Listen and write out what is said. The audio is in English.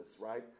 right